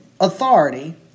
authority